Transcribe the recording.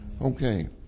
Okay